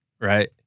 right